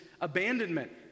abandonment